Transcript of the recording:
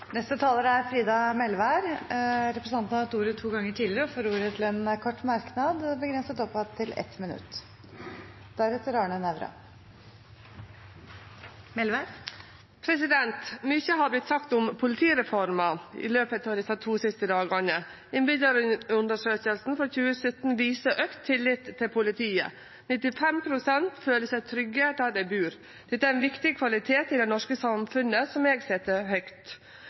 Frida Melvær har hatt ordet to ganger tidligere og får ordet til en kort merknad, begrenset til 1 minutt. Mykje har vorte sagt om politireforma i løpet av desse to siste dagane. Innbyggjarundersøkinga frå 2017 viser auka tillit til politiet: 95 pst. føler seg trygge der dei bur. Dette er ein viktig kvalitet i det norske samfunnet som eg set høgt.